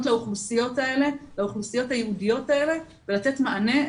לאוכלוסיות הייעודיות האלה ולתת מענה,